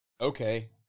Okay